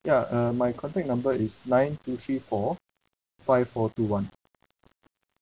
ya uh my contact number is nine two three four five four two one